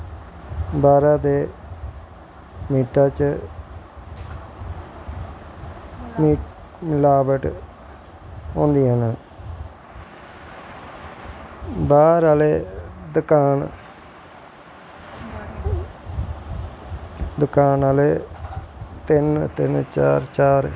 बाह्रा दे मीटा च मलावट होंदियां न बाह्र आह्ले दकान दकान आह्ले तिन्न तिन्न चार चार